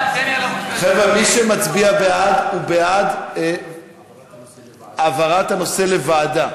חבר'ה, מי שמצביע בעד הוא בעד העברת הנושא לוועדה.